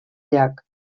llac